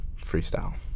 freestyle